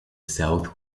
south